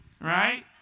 right